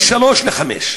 בין שלוש לחמש.